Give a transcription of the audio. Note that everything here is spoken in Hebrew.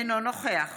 אינו נוכח